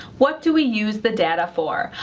what do we use the data for?